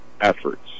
efforts